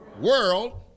world